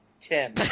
Tim